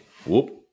Whoop